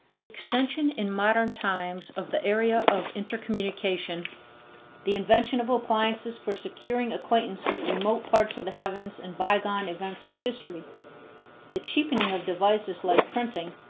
the extension in modern times of the area of intercommunication the invention of appliances for securing acquaintance with remote parts of the heavens and bygone events of history the cheapening of devices, like printing,